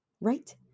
right